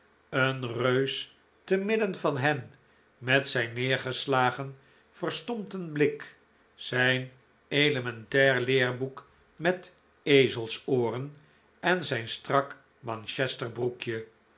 een reus te midden van hen met zijn neergeslagen verstompten blik zijn elementair leerboek met ezelsooren en zijn strak manchester broekje